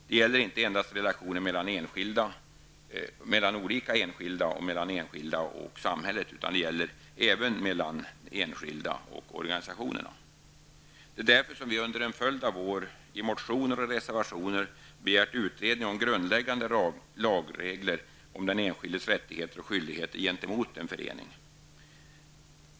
Det gäller inte endast relationen mellan olika enskilda och mellan enskilda och samhället utan också mellan enskilda och organisationerna. Vi har därför under en följd av år i motioner och reservationer begärt utredning om grundläggande lagregler beträffande den enskildes rättigheter och skyldigheter gentemot en förening.